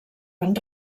van